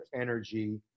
energy